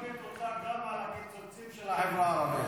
היא לא עושה מספיק גם על הקיצוצים של החברה הערבית.